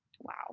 Wow